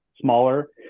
smaller